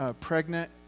pregnant